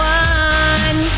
one